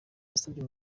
yasabye